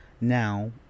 now